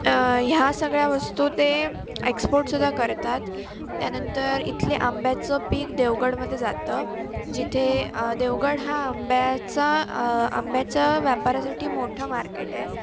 ह्या सगळ्या वस्तू ते एक्सपोटसुद्धा करतात त्यानंतर इथले आंब्याचं पीक देवगडमध्ये जातं जिथे देवगड हा आंब्याचा आंब्याचा व्यापारासाठी मोठं मार्केट आहे